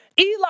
Eli